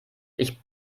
ich